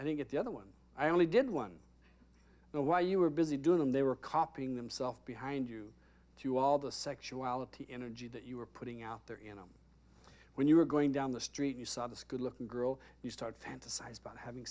i think it the other one i only did one know why you were busy doing them they were copying themself behind you too all the sexuality energy that you were putting out there enough when you were going down the street you saw this good looking girl you start fantasize about having